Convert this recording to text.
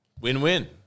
Win-win